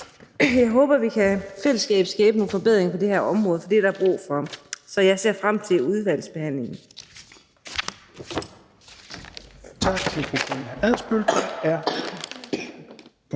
Jeg håber, at vi i fællesskab kan skabe nogle forbedringer på det her område, for det er der brug for, så jeg ser frem til udvalgsbehandlingen.